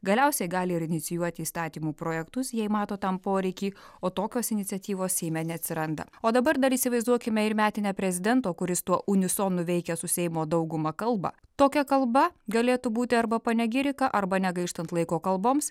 galiausiai gali ir inicijuoti įstatymų projektus jei mato tam poreikį o tokios iniciatyvos seime neatsiranda o dabar dar įsivaizduokime ir metinę prezidento kuris tuo unisonu veikia su seimo dauguma kalbą tokia kalba galėtų būti arba panegirika arba negaištant laiko kalboms